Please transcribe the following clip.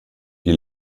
die